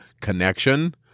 connection